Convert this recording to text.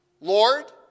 Lord